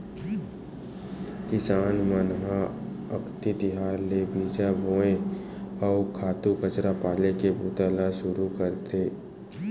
किसान मन ह अक्ति तिहार ले बीजा बोए, अउ खातू कचरा पाले के बूता ल सुरू करथे